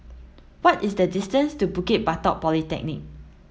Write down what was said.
what is the distance to Bukit Batok Polyclinic